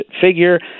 figure